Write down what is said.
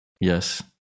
Yes